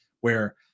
where-